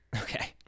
Okay